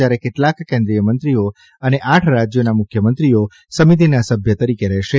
જયારે કેટલાક કેન્દ્રિય મંત્રીઓ અને આઠ રાજ્યોના મુખ્યમંત્રીઓ સમિતિના સભ્ય તરીકે રહેશે